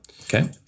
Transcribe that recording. Okay